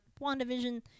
WandaVision